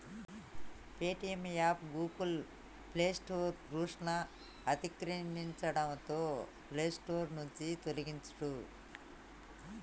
Paytm app Google play store రూల్స్ను అతిక్రమించడంతో play store నుంచి తొలగించిర్రు